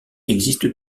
existe